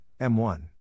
M1